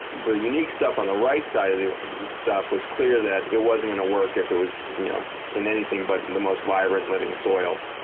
the unique stuff on the right side of the stuff was clear that it wasn't going to work if it was in anything but in the most vibrant living soil.